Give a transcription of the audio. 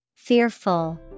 fearful